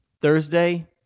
Thursday